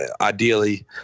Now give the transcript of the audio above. ideally